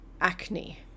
acne